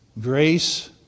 Grace